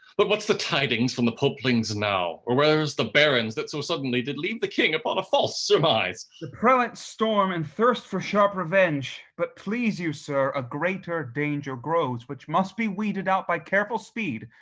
but what's the tidings from the popelings now? or where's the barons that so suddenly did leave the king upon a false surmise? the prelates storm and thirst for sharp revenge, but please you sir, a greater danger grows, which must be weeded out by careful speed,